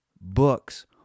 books